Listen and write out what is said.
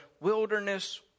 wilderness